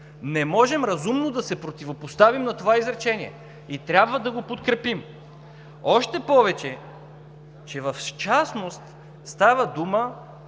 не можем разумно да се противопоставим на това изречение и трябва да го подкрепим. Още повече, че в частност става дума